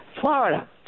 Florida